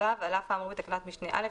"(ו) על אף האמור בתקנת משנה (א),